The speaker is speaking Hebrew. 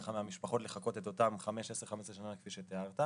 מהמשפחות לחכות את אותן 10 15 שנה כפי שתיארת.